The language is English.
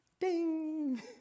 Ding